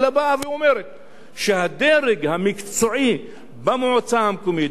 אלא היא באה ואומרת שהדרג המקצועי במועצה המקומית,